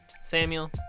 Samuel